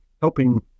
helping